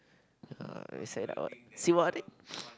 uh say that word